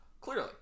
Clearly